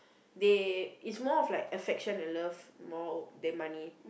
they is more like affection and love more than money